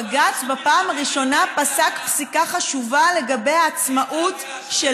ובג"ץ בפעם הראשונה פסק פסיקה חשובה לגבי העצמאות של